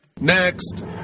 Next